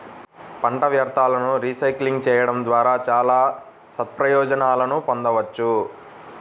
పంట వ్యర్థాలను రీసైక్లింగ్ చేయడం ద్వారా చాలా సత్ప్రయోజనాలను పొందవచ్చు